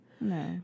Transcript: No